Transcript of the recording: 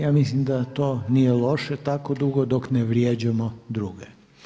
Ja mislim da to nije loše tako dugo dok ne vrijeđamo druge.